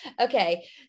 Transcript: okay